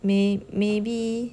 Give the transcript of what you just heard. may maybe